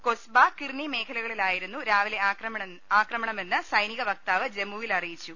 കൊസ്ബ കിർണി മേഖലകളിലായിരുന്നു രാവിലെ ആക്രമണ മെന്ന് സൈനിക വക്താവ് ജമ്മുവിൽ അറിയിച്ചു